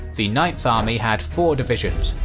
the ninth army had four divisions.